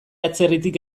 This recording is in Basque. atzerritik